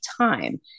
time